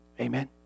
Amen